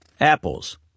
Apples